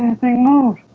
thing move